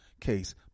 case